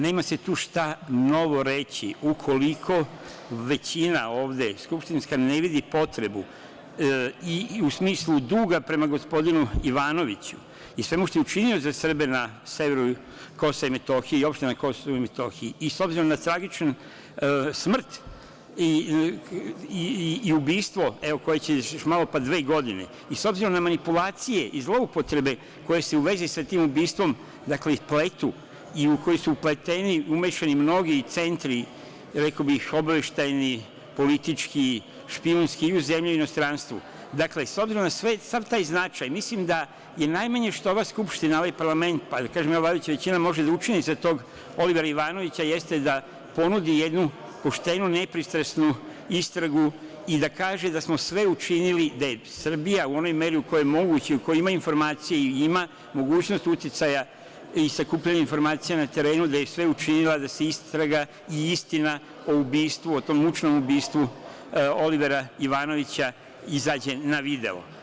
Nema se tu šta novo reći ukoliko većina skupštinska ne vidi potrebu u smislu duga prema gospodinu Ivanoviću, i samo što je učinio za Srbe na Severu KiM i opštine KiM, i s obzirom na tragičnu smrt i ubistvo koje će još malo pa dve godine, s obzorom na manipulacije i zloupotrebe koje se u vezi sa tim ubistvom pletu, u koji su umešani mnogi centri, rekao bih obaveštajni, politički, špijunski, i u zemlji i u inostranstvu, dakle s obzorom na sav taj značaj, mislim da je najmanje što ova Skupština, ovaj parlament, pa i da kažem vladajuća većina može da učini za tog Olivera Ivanovića jeste da ponudi jednu poštenu, nepristrasnu istragu i da kaže da smo sve učinili, da je Srbija, u onoj meri koja je moguća i u kojoj ima informacije i ima mogućnost uticaja i sakupljanje informacija na terenu, da je sve učinila da se istraga i istina o tom mučenom ubistvu Olivera Ivanovića izađe na videlo.